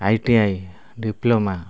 I T I diploma